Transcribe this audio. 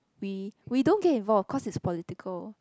we we don't care involve cause it's political